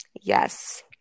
Yes